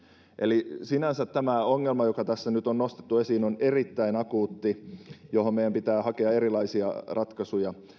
eli sinänsä tämä ongelma joka tässä nyt on nostettu esiin on erittäin akuutti ja meidän pitää hakea siihen erilaisia ratkaisuja